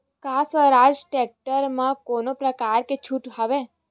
का स्वराज टेक्टर म कोनो प्रकार के छूट हवय?